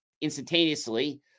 instantaneously